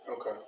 Okay